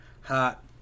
hot